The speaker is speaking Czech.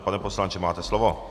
Pane poslanče, máte slovo.